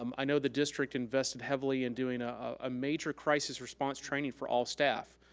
um i know the district invested heavily in doing a major crisis response training for all staff.